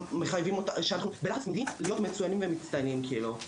שאנחנו בלחץ תמידי להיות מצוינים ומצטיינים כאילו,